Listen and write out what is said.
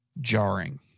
jarring